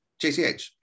JCH